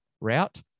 route